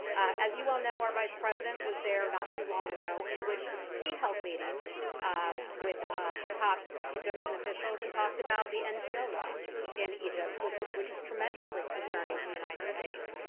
as you all know, our vice president was there not too long ago, in which he held meetings um with ah top egyptian officials and talked about the ngo law in egypt, which is tremendously concerning to the united states.